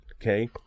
okay